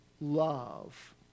love